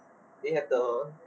they have the